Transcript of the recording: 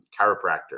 chiropractor